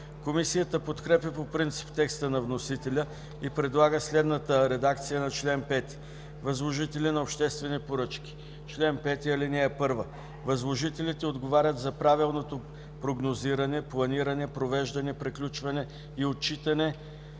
Комисията подкрепя по принцип текста на вносителя и предлага следната редакция на чл. 5: „Възложители на обществени поръчки Чл. 5 (1) Възложителите отговарят за правилното прогнозиране, планиране, провеждане, приключване и отчитане